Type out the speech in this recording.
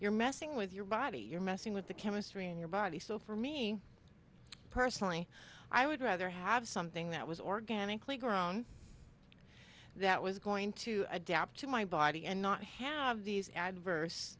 you're messing with your body you're messing with the chemistry in your body so for me personally i would rather have something that was organically grown that was going to adapt to my body and not have these adverse